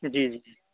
جی جی جی